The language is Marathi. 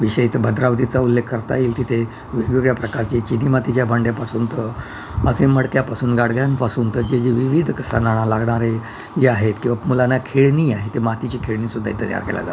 विषय तर भद्रावतीचा उल्लेख करता येईल तिथे वेगवेगळ्या प्रकारची चिनी मातीच्या भांड्यापासून तर असे मडक्यापासून गाडग्यांपासून तर जे जे विविध सणांना लागणारे जे आहेत किंवा मुलांना खेळणी आहे ते मातीची खेळणी सुद्धा इथं तयार केली जातात